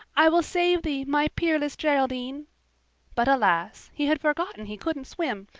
i will save thee, my peerless geraldine but alas, he had forgotten he couldn't swim,